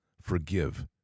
Forgive